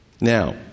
Now